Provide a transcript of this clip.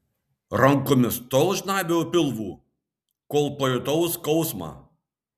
rankomis tol žnaibiau pilvų kol pajutau skausmą